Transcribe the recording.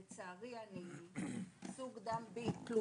לצערי אני עם סוג דם B+,